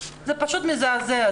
זה פשוט מזעזע,